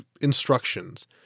instructions